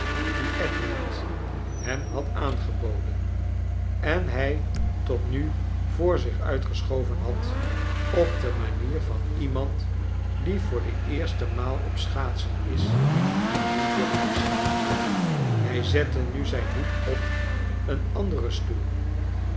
dien edmund hem had aangeboden en hij tot nu voor zich uit geschoven had op de manier van iemand die voor de eerste maal op schaatsen is en niet durft afzetten hij zette nu zijn hoed op een anderen stoel